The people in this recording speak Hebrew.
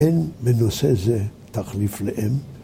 אין בנושא זה תחליף לאם.